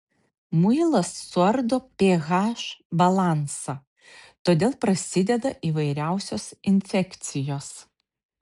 muilas suardo ph balansą todėl prasideda įvairiausios infekcijos